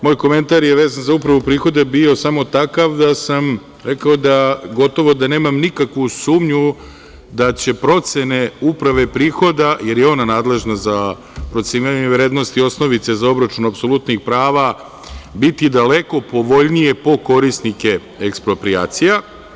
Moj komentar je vezan za Upravu prihoda bio samo takav da sam rekao da gotovo da nemam nikakvu sumnju da će procene Uprave prihoda, jer je ona nadležna za procenjivanje vrednosti osnovice za obračun apsolutnih prava, biti daleko povoljnije po korisnike eksproprijacija.